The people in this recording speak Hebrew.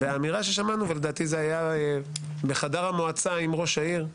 והאמירה ששמענו, לדעתי בחדר המועצה עם ראש העיר,